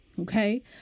Okay